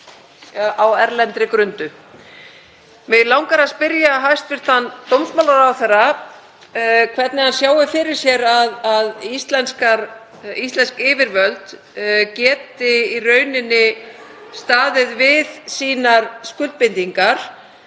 á erlendri grundu. Mig langar að spyrja hæstv. dómsmálaráðherra hvernig hann sjái fyrir sér að íslensk yfirvöld geti staðið við sínar skuldbindingar.